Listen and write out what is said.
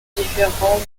différentes